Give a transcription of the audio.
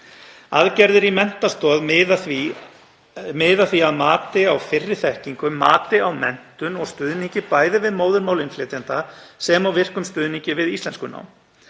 Aðgerðir í menntastoð miða því að mati á fyrri þekkingu, mati á menntun og stuðningi við móðurmál innflytjenda sem og virkum stuðningi við íslenskunám.